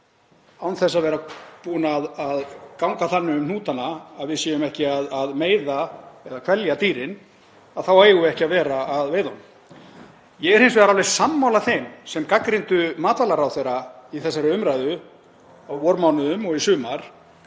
án þess að vera búin að ganga þannig um hnútana að við séum ekki að meiða eða kvelja dýrin þá eigum við ekki að vera að veiða þau. Ég er hins vegar alveg sammála þeim sem gagnrýndu matvælaráðherra í þessari umræðu á vormánuðum og í sumar